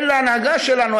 אין להנהגה שלנו,